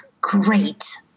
great